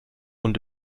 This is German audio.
und